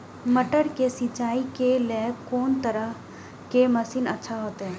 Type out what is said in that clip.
मटर के सिंचाई के लेल कोन तरह के मशीन अच्छा होते?